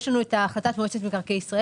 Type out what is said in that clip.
יש לנו את ההחלטה של מועצת מקרקעי ישראל